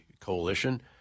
coalition